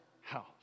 house